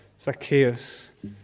Zacchaeus